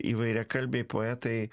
įvairiakalbiai poetai